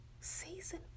Season